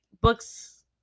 books